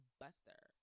buster